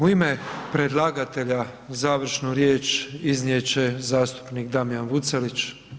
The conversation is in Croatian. U ime predlagatelja završnu riječ iznijet će zastupnik Damjan Vucelić.